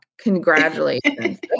congratulations